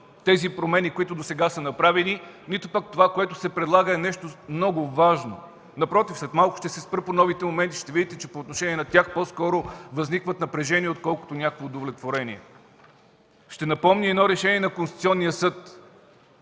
тези промени, които досега са направени, нито пък това, което се предлага, е нещо много важно! Напротив, след малко ще се спра по новите моменти и ще видите, че по отношение на тях по-скоро възниква напрежение, отколкото някакво удовлетворение! Ще напомня едно решение на Конституционния съд